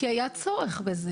החולה יצא.